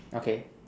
okay